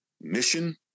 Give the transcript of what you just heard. mission